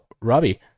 Robbie